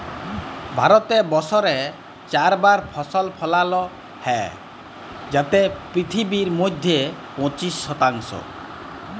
ভারতে বসরে চার বার ফসল ফলালো হ্যয় যাতে পিথিবীর মইধ্যে পঁচিশ শতাংশ